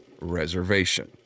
reservation